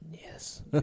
Yes